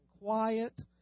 quiet